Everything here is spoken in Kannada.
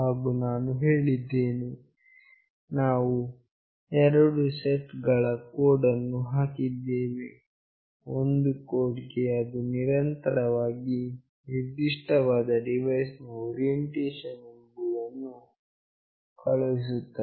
ಹಾಗು ನಾನು ಹೇಳಿದ್ದೇನೆ ನಾವು ಎರಡು ಸೆಟ್ ಗಳ ಕೋಡ್ ಅನ್ನು ಹಾಕಿದ್ದೇವೆ ಒಂದು ಕೋಡ್ ಗೆ ಅದು ನಿರಂತರವಾಗಿ ನಿರ್ದಿಷ್ಟವಾದ ಡಿವೈಸ್ ನ ಓರಿಯೆಂಟೇಷನ್ ಏನು ಎಂಬುದನ್ನು ಕಳುಹಿಸುತ್ತಿರುತ್ತದೆ